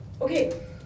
Okay